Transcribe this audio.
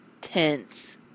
tense